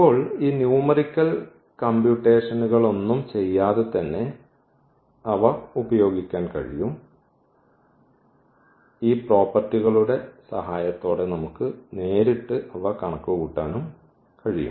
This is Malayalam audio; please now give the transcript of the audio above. ഇപ്പോൾ ഈ ന്യൂമറിക്കൽ കംപ്യൂട്ടേഷനുകളൊന്നും ചെയ്യാതെ അവ ഇപ്പോൾ ഉപയോഗിക്കാൻ കഴിയും ഈ പ്രോപ്പർട്ടികളുടെ സഹായത്തോടെ നമുക്ക് നേരിട്ട് കണക്കുകൂട്ടാനും കഴിയും